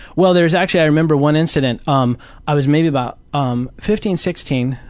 well there's actually i remember one incident. um i was maybe about um fifteen sixteen,